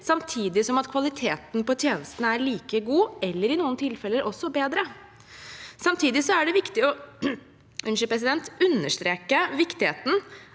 samtidig som kvaliteten på tjenestene er like god – eller i noen tilfeller også bedre. Samtidig er det viktig å understreke viktigheten